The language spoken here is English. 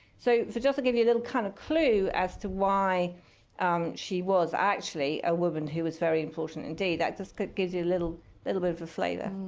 so so just to give you a little kind of clue as to why she was actually a woman who was very important, indeed that just gives you a little little bit of a flavor.